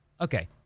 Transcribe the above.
okay